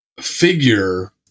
figure